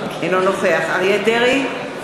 אינו נוכח אריה דרעי,